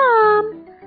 Mom